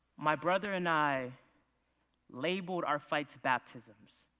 my brother and i labeled our fights baptisms,